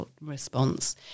response